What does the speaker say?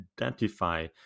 identify